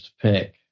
pick